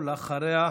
ואחריה,